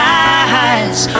eyes